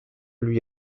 lui